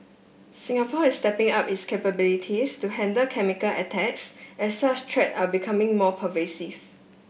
Singapore is stepping up its capabilities to handle chemical attacks as such threat are becoming more pervasive